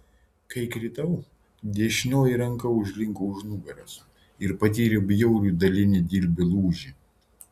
kai kritau dešinioji ranka užlinko už nugaros ir patyriau bjaurų dalinį dilbio lūžį